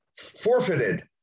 forfeited